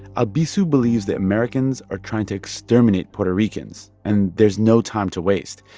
albizu believes that americans are trying to exterminate puerto ricans and there's no time to waste,